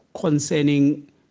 concerning